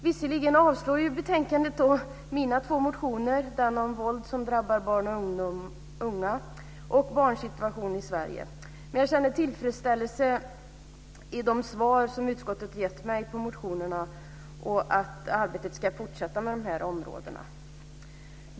Visserligen avslår utskottet i betänkandet mina två motioner - om våld som drabbar barn och unga samt om barnsituationen i Sverige - men jag känner tillfredsställelse över de svar på motionerna som utskottet gett mig och över att arbetet ska fortsätta på de här områdena.